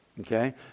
Okay